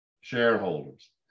shareholders